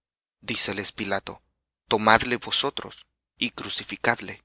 crucifícale díceles pilato tomadle vosotros y crucificadle